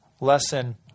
lesson